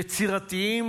יצירתיים,